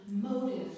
motive